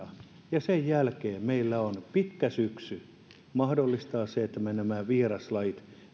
ja sen jälkeen meillä on pitkä syksy aikaa mahdollistaa se että me nämä vieraslajit